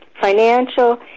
financial